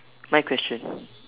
my question